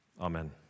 Amen